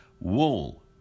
Wool